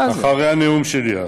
אחרי הנאום שלי.